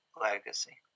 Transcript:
legacy